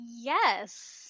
Yes